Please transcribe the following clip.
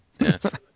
Yes